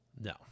No